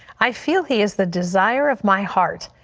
i feel he's the desire of my heart.